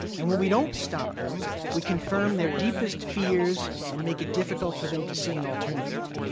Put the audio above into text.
and when we don't stop them, we confirm their deepest fears and make it difficult for them to see an alternative.